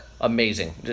Amazing